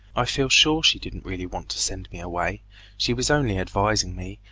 i feel sure she didn't really want to send me away she was only advising me,